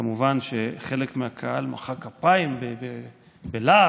כמובן שחלק מהקהל מחא כפיים בלהט,